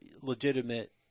legitimate